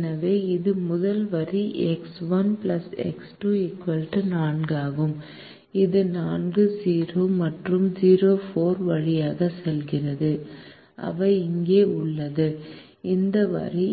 எனவே இது முதல் வரி எக்ஸ் 1 எக்ஸ் 2 4 ஆகும் இது 4 0 மற்றும் 0 4 வழியாக செல்கிறது அவை இங்கே உள்ளன இந்த வரி